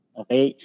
okay